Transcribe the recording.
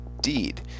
deed